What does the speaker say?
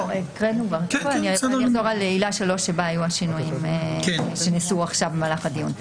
אני אחזור על פסקה (3) בה היו השינויים שנכנסו עכשיו במהלך הדיון.